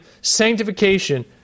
sanctification